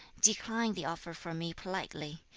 decline the offer for me politely.